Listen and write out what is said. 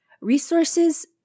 Resources